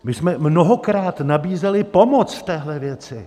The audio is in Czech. My jsme mnohokrát nabízeli pomoc v téhle věci.